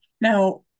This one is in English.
Now